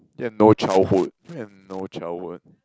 you have no childhood you have no childhood one